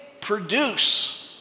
produce